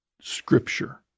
scripture